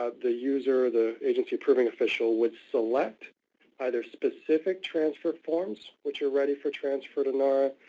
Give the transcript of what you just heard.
ah the user, the agency approving official would select either specific transfer forms, which are ready for transfer to nara,